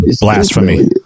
Blasphemy